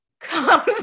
comes